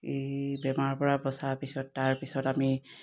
এই বেমাৰৰ পৰা বচাৰ পিছত তাৰপিছত আমি